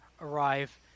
arrive